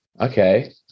okay